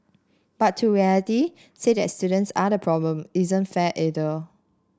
but to say that students are the problem isn't fair either